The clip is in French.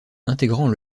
intégrant